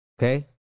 Okay